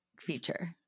feature